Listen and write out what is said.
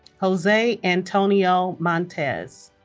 jose antonio montes